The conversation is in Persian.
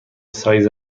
سایز